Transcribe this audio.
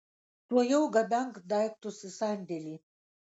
tuojau gabenk daiktus į sandėlį